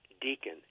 deacon